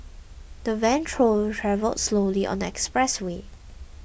the van true travelled slowly on next expressway